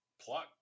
plot